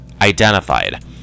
identified